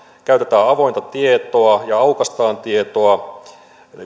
käytetään avointa tietoa ja aukaistaan tietoa